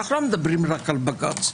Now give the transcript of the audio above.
אנו לא מדברים רק על בג"ץ.